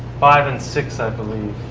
five and six, i believe.